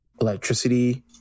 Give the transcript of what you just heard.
electricity